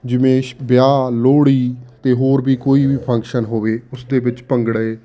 ਜਿਵੇਂ ਸ਼ ਵਿਆਹ ਲੋਹੜੀ ਅਤੇ ਹੋਰ ਵੀ ਕੋਈ ਵੀ ਫੰਕਸ਼ਨ ਹੋਵੇ ਉਸ ਦੇ ਵਿੱਚ ਭੰਗੜੇ